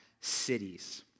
cities